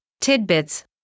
tidbits